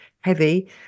heavy